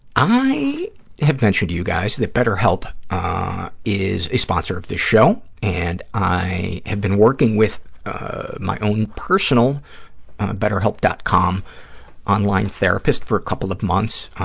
i have mentioned to you guys that betterhelp is a sponsor of this show, and i have been working with my own personal ah betterhelp. com online therapist for a couple of months,